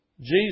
Jesus